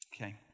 Okay